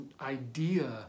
idea